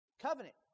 covenant